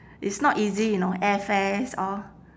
it's not easy you know air fares all